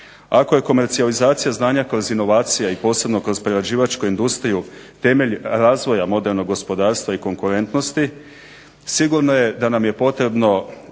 Ako je komercijalizacija znanja kroz inovacije i posebno kroz prerađivačku industriju temelj razvoja modernog gospodarstva i konkurentnosti sigurno je da nam je potrebno